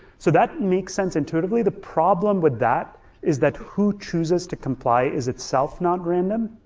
so that makes sense intuitively. the problem with that is that who chooses to comply is itself not random,